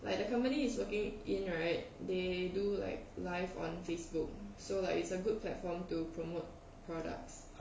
like the company is working in right they do like live on facebook so like it's a good platform to promote products